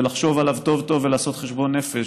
לחשוב עליו טוב טוב ולעשות חשבון נפש,